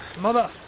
Mother